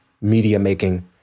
media-making